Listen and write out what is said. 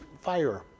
fire